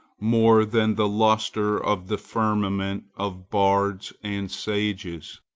more than the lustre of the firmament of bards and sages.